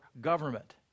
government